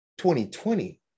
2020